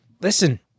Listen